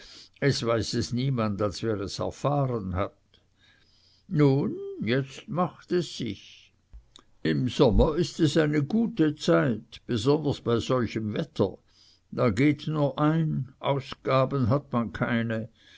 es weiß es niemand als wer es erfahren hat nun jetzt macht es sich im sommer ist es eine gute zeit besonders bei solchem wetter da geht nur ein ausgaben hat man keine